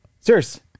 Serious